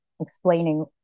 explaining